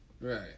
Right